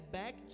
back